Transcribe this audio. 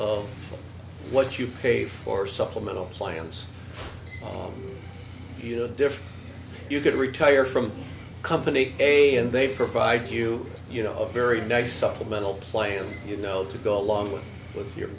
of what you pay for supplemental plans differ you could retire from company a and they provide you you know a very nice supplemental plan you know to go along with with your